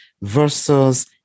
versus